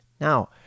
Now